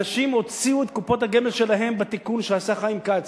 אנשים הוציאו את קופות הגמל שלהם בתיקון שעשה חיים כץ.